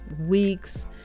weeks